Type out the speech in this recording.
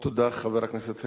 תודה, חבר הכנסת הרצוג.